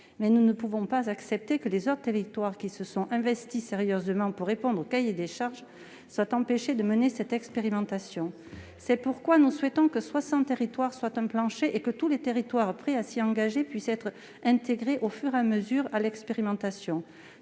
mais nous ne pouvons pas accepter que les autres territoires qui se sont investis sérieusement pour répondre au cahier des charges soient empêchés de mener cette expérimentation. C'est pourquoi nous souhaitons qu'elle soit enclenchée dans soixante territoires et que tous ceux qui sont prêts à s'y engager puissent y être intégrés au fur et à mesure. Cela permettra